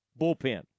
bullpen